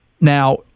Now